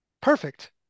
perfect